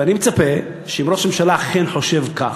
ואני מצפה שאם ראש הממשלה אכן חושב כך,